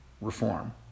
reform